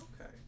Okay